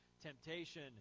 temptation